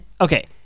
okay